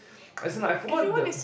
as in I forgot the